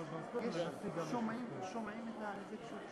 חברת הכנסת שלי